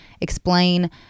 explain